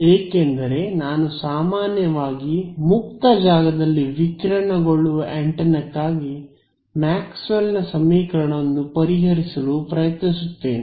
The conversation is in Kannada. ಏಕೆಂದರೆ ನಾನು ಸಾಮಾನ್ಯವಾಗಿ ಮುಕ್ತ ಜಾಗದಲ್ಲಿ ವಿಕಿರಣಗೊಳ್ಳುವ ಆಂಟೆನಾಕ್ಕಾಗಿ ಮ್ಯಾಕ್ಸ್ವೆಲ್ನ ಸಮೀಕರಣವನ್ನು ಪರಿಹರಿಸಲು ಪ್ರಯತ್ನಿಸುತ್ತೇನೆ